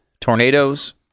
tornadoes